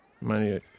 money